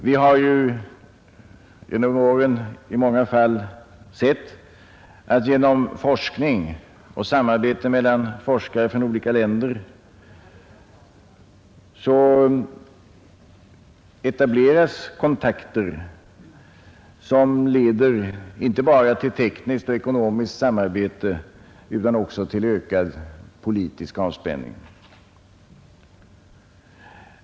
Vi har ju genom åren i många fall sett att det genom samarbete mellan forskare från olika länder etableras kontakter, som leder inte bara till tekniskt och ekonomiskt samarbete utan också till ökad politisk avspänning.